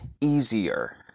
easier